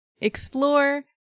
explore